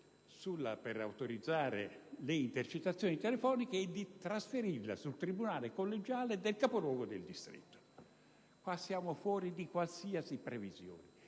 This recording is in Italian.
sull'autorizzazione delle intercettazioni telefoniche, per trasferirla al tribunale collegiale del capoluogo del distretto. Siamo fuori da qualsiasi previsione: